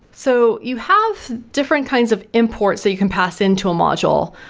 so, you have different kinds of imports that you can pass into a module.